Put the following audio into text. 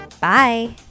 Bye